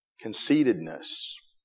conceitedness